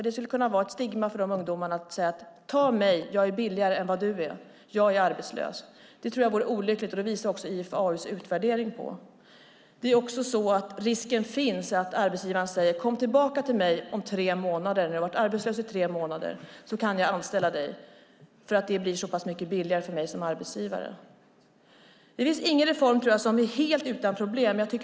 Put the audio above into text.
Det skulle kunna vara ett stigma för de ungdomarna. Ta mig, jag är billigare än vad du är, eftersom jag är arbetslös! Det tror jag vore olyckligt. Det visar också IFAU:s utvärdering. Risken finns att arbetsgivaren säger: Kom tillbaka till mig när du har varit arbetslös i tre månader så kan jag anställa dig, eftersom det blir så pass mycket billigare för mig som arbetsgivare. Det finns ingen reform som är helt utan problem.